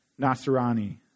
Nasrani